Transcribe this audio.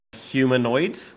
humanoid